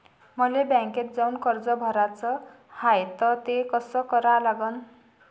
मले बँकेत जाऊन कर्ज भराच हाय त ते कस करा लागन?